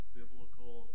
biblical